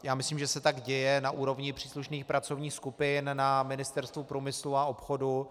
Já myslím, že se tak děje na úrovni příslušných pracovních skupin na Ministerstvu průmyslu a obchodu.